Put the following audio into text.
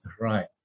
Right